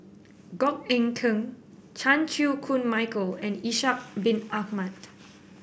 Goh Eck Kheng Chan Chew Koon Michael and Ishak Bin Ahmad